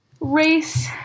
race